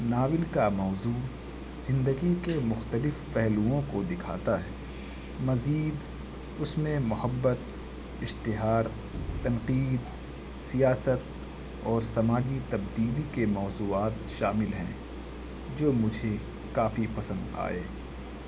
novel کا موضوع زندگی کے مختلف پہلوؤں کو دکھاتا ہے مزید اس میں محبت اشتہار تنقید سیاست اور سماجی تبدیلی کے موضوعات شامل ہیں جو مجھے کافی پسند آئے